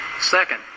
Second